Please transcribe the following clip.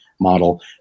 model